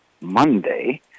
Monday